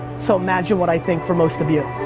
so imagine what i think for most of you.